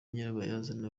nyirabayazana